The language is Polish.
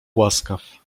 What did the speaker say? łaskaw